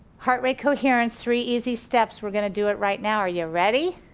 heart rate coherence, three easy steps we're gonna do it right now are you ready?